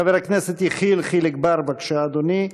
חבר הכנסת יחיאל חיליק בר, בבקשה, אדוני.